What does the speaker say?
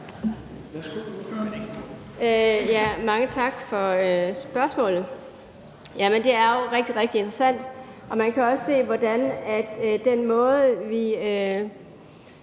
Mange tak for spørgsmålet. Det er jo rigtig, rigtig interessant, og man kan også se, hvordan den måde, vi